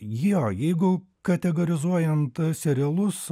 jo jeigu kategorizuojant serialus